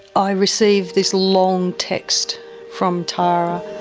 i received this long text from tara